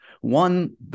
One